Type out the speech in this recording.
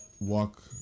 walk